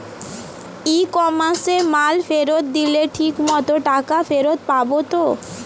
ই কমার্সে মাল ফেরত দিলে ঠিক মতো টাকা ফেরত পাব তো?